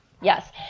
Yes